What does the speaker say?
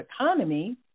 economy